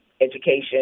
education